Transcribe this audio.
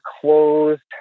closed